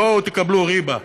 בואו תקבלו ריבה,